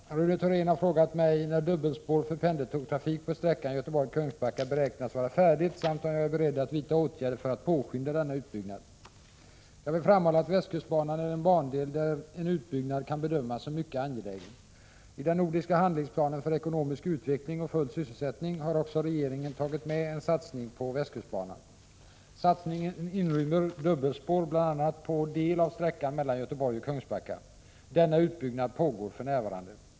Herr talman! Rune Thorén har frågat mig när dubbelspår för pendeltågstrafik på sträckan Göteborg-Kungsbacka beräknas vara färdigt samt om jag är beredd att vidta åtgärder för att påskynda denna utbyggnad. Jag vill framhålla att västkustbanan är en bandel där en utbyggnad kan bedömas som mycket angelägen. I den nordiska handlingsplanen för ekonomisk utveckling och full sysselsättning har regeringen också tagit med en satsning på västkustbanan. Satsningen inrymmer dubbelspår bl.a. på del av sträckan mellan Göteborg och Kungsbacka. Denna utbyggnad pågår för närvarande.